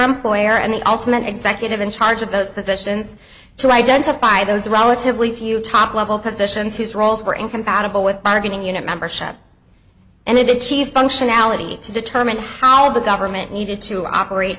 employer and the ultimate executive in charge of those positions to identify those relatively few top level positions whose roles were incompatible with bargaining unit membership and the chief functionality to determine how the government needed to operate